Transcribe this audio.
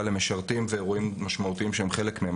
למשרתים ואירועים משמעותיים שהם חלק מהם.